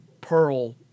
pearl